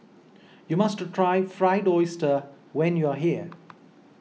you must try Fried Oyster when you are here